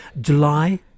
July